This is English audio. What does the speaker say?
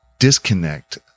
disconnect